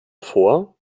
vor